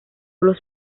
los